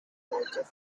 the